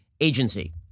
Agency